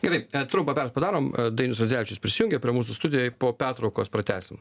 gerai trumpą per padarom dainius radzevičius prisijungė prie mūsų studijoj po pertraukos pratęsim